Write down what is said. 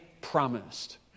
promised